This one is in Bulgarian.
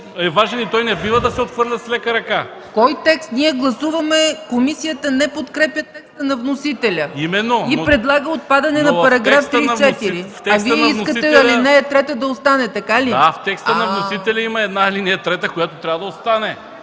в текста на вносителя има една ал. 3, която трябва да остане,